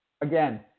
Again